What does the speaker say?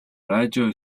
радио